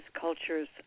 cultures